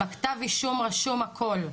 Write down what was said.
בכתב אישום רשום הכל.